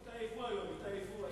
התעייפו היום, התעייפו.